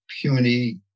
puny